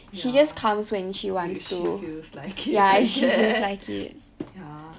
ya when she feels like it I guess ya